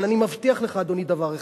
אבל אני מבטיח לך, אדוני, דבר אחד: